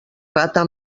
rata